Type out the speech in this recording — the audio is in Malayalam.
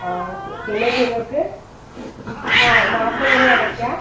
ആ ഓക്കെ പിന്നേയിപ്പം നിങ്ങൾക്ക് ആ മാസം വേണേൽ അടയ്ക്കാം